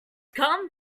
come